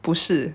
不是